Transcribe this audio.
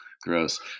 gross